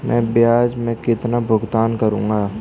मैं ब्याज में कितना भुगतान करूंगा?